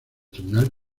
tribunal